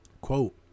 Quote